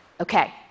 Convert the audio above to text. Okay